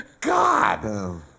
God